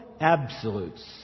absolutes